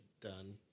done